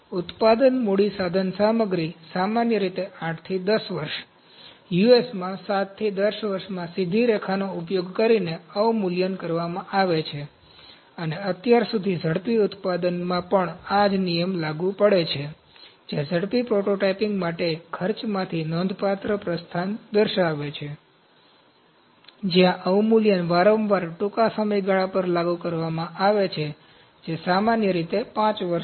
ઉત્પાદન મૂડી સાધનસામગ્રી સામાન્ય રીતે 8 થી 10 વર્ષ USમાં 7 થી 10 વર્ષમાં સીધી રેખાનો ઉપયોગ કરીને અવમૂલ્યન કરવામાં આવે છે અને અત્યાર સુધી ઝડપી ઉત્પાદનમાં પણ આ નિયમો લાગુ પડે છે જે ઝડપી પ્રોટોટાઇપિંગ માટે ખર્ચમાંથી નોંધપાત્ર પ્રસ્થાન દર્શાવે છે જ્યાં અવમૂલ્યન વારંવાર ટૂંકા સમયગાળા પર લાગુ કરવામાં આવે છે જે સામાન્ય રીતે 5 વર્ષ છે